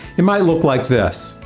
it might look like this,